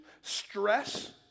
stress